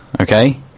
Okay